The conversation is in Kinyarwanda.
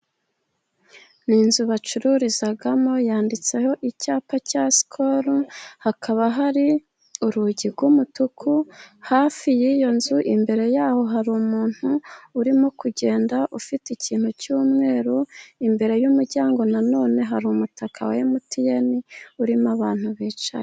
Ni inzu bacururizamo, yanditseho icyapa cya Sikoro, hakaba hari urugi rw'umutuku, hafi y'iyo nzu imbere yaho hari umuntu urimo kugenda, ufite ikintu cy'umweru, imbere y'umuryango na none hari umutaka wa emutiyeni urimo abantu bicaye.